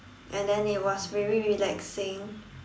and then it was very relaxing